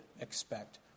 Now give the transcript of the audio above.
expect